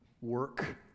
work